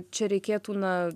čia reikėtų na